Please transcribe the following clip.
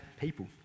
people